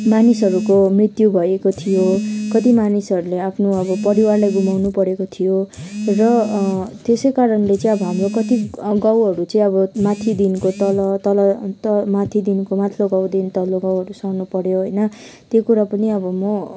मानिसहरूको मृत्यु भएको थियो कति मानिसहरूले आफ्नो अब परिवारलाई गुमाउनु परेको थियो र त्यसैकारणले चाहिँ अब हाम्रो कति गाउँहरू चाहिँ अब माथिदेखिको तल तल माथिदेखिको माथिल्लो गाउँदेखिको तल्लो गाउँ हो त्यसरी सर्नु पऱ्यो होइन त्यो कुरा पनि अब म